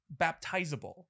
baptizable